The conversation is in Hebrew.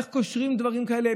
איך קושרים דברים כאלה?